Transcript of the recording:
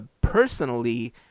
Personally